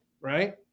Right